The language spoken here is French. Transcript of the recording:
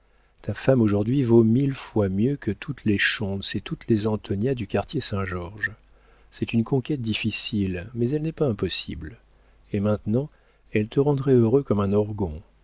ta femme aujourd'hui vaut mille fois mieux que toutes les schontz et toutes les antonia du quartier saint-georges c'est une conquête difficile mais elle n'est pas impossible et maintenant elle te rendrait heureux comme un orgon